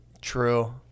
True